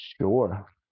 sure